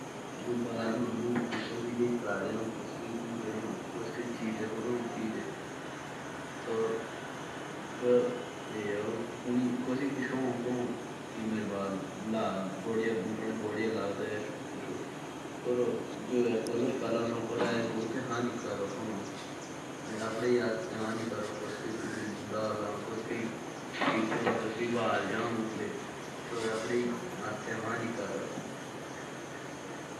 जैसे सिर के बाल होते ह तो वो कोई तो कूलर करके रखते ह। और वो कलर हानिकारक होता ह। और किसी के बाल बचपन सिए ही वैसे होते ह।